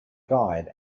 guide